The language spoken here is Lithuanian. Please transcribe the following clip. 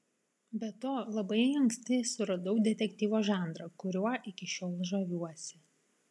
be to labai anksti suradau detektyvo žanrą kuriuo iki šiol žaviuosi